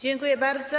Dziękuję bardzo.